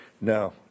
Now